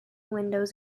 windows